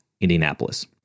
Indianapolis